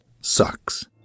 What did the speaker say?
sucks